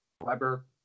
Weber